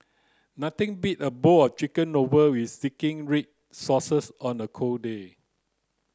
nothing beat a bowl of chicken novel with zingy red sauces on a cold day